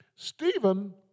Stephen